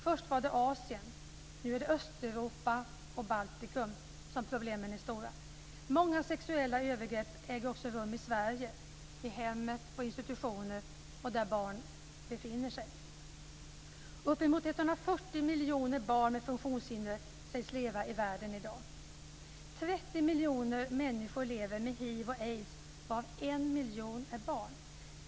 Först var det Asien. Nu är det i Östeuropa och Baltikum som problemen är stora. Många sexuella övergrepp äger också rum i Sverige - i hemmet, på institutioner och där barn befinner sig. Uppemot 140 miljoner barn med funktionshinder sägs leva i världen i dag. 30 miljoner människor lever med hiv och aids, varav 1 miljon är barn.